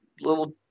little